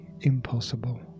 impossible